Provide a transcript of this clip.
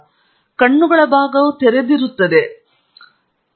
ನನ್ನ ಕಣ್ಣುಗಳ ಭಾಗವು ತೆರೆದಿರುತ್ತದೆ ಎಂದು ನೀವು ನೋಡುವಂತೆ